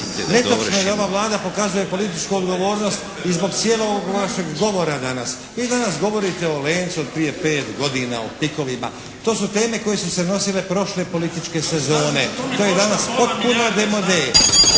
Netočno je da ova Vlada pokazuje političku odgovornost i zbog cijelog ovog vašeg govora danas. Vi danas govorite o "Lencu" od prije 5 godina, o …/Govornik se ne razumije./… To su teme koje su se nosile prošle političke sezone. To je danas potpuno demode.